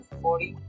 forty